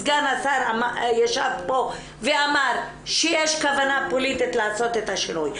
סגן השר ישב פה ואמר שיש כוונה פוליטית לעשות את השינוי.